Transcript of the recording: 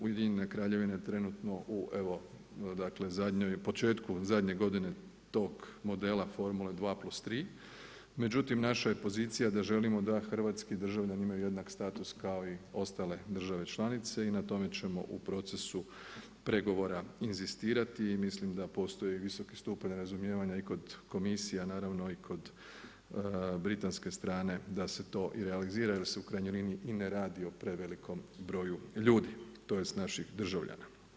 UK trenutno u evo, zadnjoj, početku zadnje godine tog modela formule 2 + 3, međutim naša je pozicija da želimo da hrvatski državljani da imaju jednak status kao i ostale države članice i na tome ćemo u procesu pregovora inzistirati i mislim da postoji visoki stupanj razumijevanja i kod komisija i kod britanske strane da se to i realizira jer se u krajnjoj liniji i ne radi o prevelikom broju ljudi, tj. naših državljana.